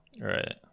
right